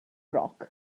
roc